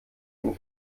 ein